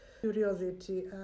curiosity